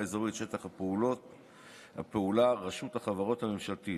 אזורי את שטח הפעולה: רשות החברות הממשלתית.